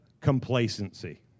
complacency